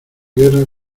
guerra